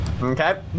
Okay